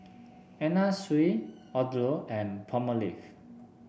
Anna Sui Odlo and Palmolive